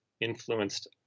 influenced